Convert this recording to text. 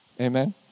Amen